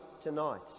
tonight